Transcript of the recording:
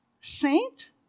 Saint